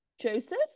Joseph